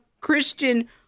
Christian